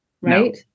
right